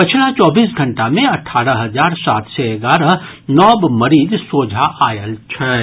पछिला चौबीस घंटा मे अठारह हजार सात सय एगारह नव मरीज सोझा आयल छथि